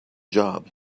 job